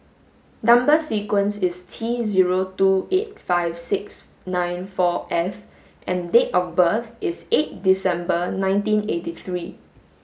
number sequence is T zero two eight five six nine four F and date of birth is eight December nineteen eighty three